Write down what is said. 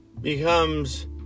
becomes